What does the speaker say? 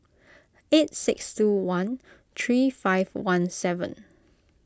eight six two one three five one seven